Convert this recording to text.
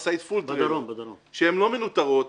שהן לא מנותרות,